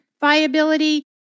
viability